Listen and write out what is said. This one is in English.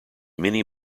many